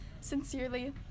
Sincerely